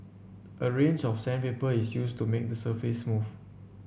a range of sandpaper is used to make the surface smooth